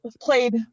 played